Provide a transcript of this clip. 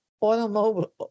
automobile